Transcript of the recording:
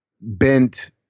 bent